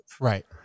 Right